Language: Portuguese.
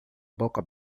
boca